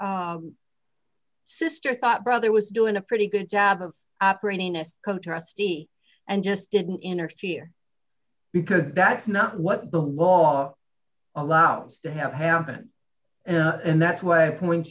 s sister thought brother was doing a pretty good job of operating as co trustee and just didn't interfere because that's not what the law allows to have happen and that's why i point